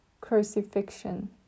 crucifixion